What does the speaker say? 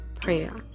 prayer